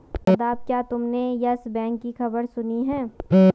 शादाब, क्या तुमने Yes Bank की खबर सुनी है?